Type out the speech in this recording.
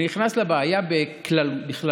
אני נכנס לבעיה בכללותה